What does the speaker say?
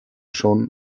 schon